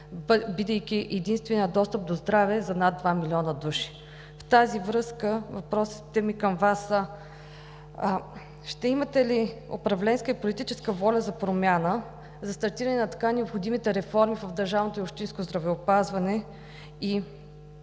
бидейки единственият достъп до здраве за над два милиона души. В тази връзка въпросите ми към Вас са: ще имате ли управленска и политическа воля за промяна, за стартиране на така необходимите реформи в държавното и общинско здравеопазване?